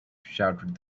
shouted